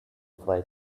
fry